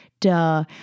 duh